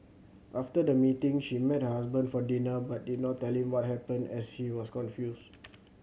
after the meeting she met her husband for dinner but did not tell him what happened as she was confused